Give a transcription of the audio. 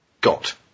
Got